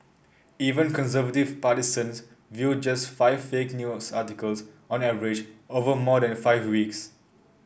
even conservative partisans viewed just five fake news articles on average over more than five weeks